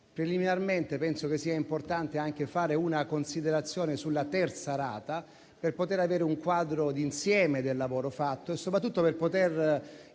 Preliminarmente penso sia importante fare una considerazione sulla terza rata per poter avere un quadro d'insieme del lavoro fatto e soprattutto per poter